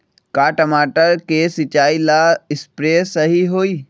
का टमाटर के सिचाई ला सप्रे सही होई?